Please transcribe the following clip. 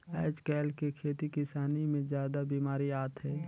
आयज कायल के खेती किसानी मे जादा बिमारी आत हे